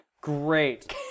Great